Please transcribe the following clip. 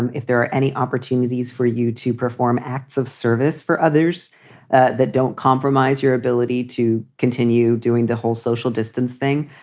and if there are any opportunities for you to perform acts of service for others that don't compromise your ability to continue doing the whole social distance thing.